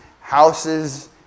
houses